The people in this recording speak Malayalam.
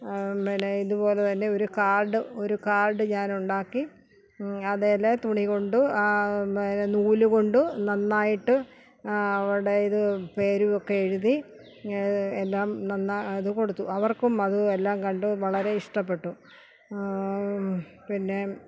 പിന്നെ ഇതുപോലെ തന്നെ ഒരു കാർഡ് ഒരു കാർഡ് ഞാനുണ്ടാക്കി അതേല് തുണികൊണ്ട് പിന്നെ നൂലുകൊണ്ട് നന്നായിട്ട് അവിടെ ഇത് പേരുമൊക്കെ എഴുതി എല്ലാം നന്നാക്കി അത് കൊടുത്തു അവർക്കും അത് എല്ലാം കണ്ട് വളരെ ഇഷ്ടപ്പെട്ടു പിന്നെ